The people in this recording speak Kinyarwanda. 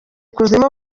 ikuzimu